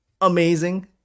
amazing